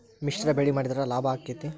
ಮಿಶ್ರ ಬೆಳಿ ಮಾಡಿದ್ರ ಲಾಭ ಆಕ್ಕೆತಿ?